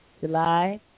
July